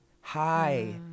hi